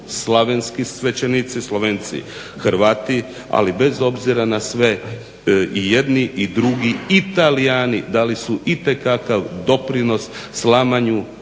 slavenski svećenici, Slovenci, Hrvati. Ali bez obzira na sve i jedni i drugi i Talijani dali su itekakav doprinos slamanju